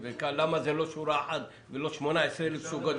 ולמה זה לא שורה אחת ולא 18,000 פטנטים.